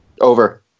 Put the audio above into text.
Over